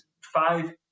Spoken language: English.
five